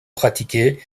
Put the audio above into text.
pratiqué